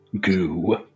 goo